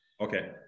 Okay